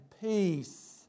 peace